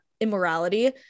immorality